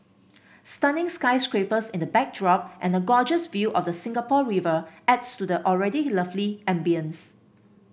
stunning sky scrapers in the backdrop and a gorgeous view of the Singapore River adds to the already lovely ambience